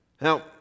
Now